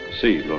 See